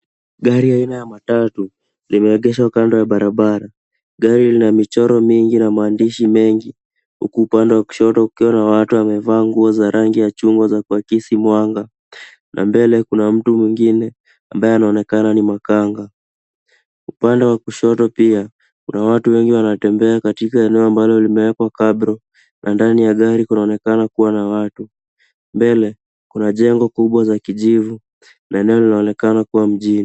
Gari aina ya matatu limeegeshwa kando ya barabara. Gari lina michoro mingi na maandishi mengi huku upande wa kushoto ukiwa na watu wamevaa nguo za rangi ya chungwa za kuakisi mwanga na mbele kuna mtu mwingine ambaye anaonekana ni makanga. Upande wa kushoto pia, kuna watu wengi wanatembea katika eneo ambalo limewekwa cabro na ndani ya gari kunaonekana kuwa na watu. Mbele kuna jengo kubwa za kijivu na eneo linaonekana kuwa mjini.